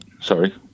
Sorry